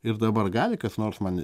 ir dabar gali kas nors man